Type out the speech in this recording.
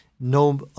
No